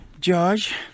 George